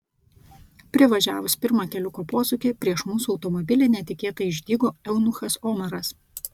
privažiavus pirmą keliuko posūkį prieš mūsų automobilį netikėtai išdygo eunuchas omaras